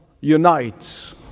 unites